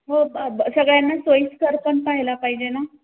हो ब ब सगळ्यांना सोयीस्कर पण पाहिला पाहिजे ना